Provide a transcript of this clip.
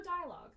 dialogue